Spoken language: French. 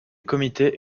comités